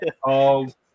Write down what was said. called